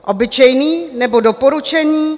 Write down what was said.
Obyčejný, nebo doporučený?